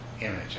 image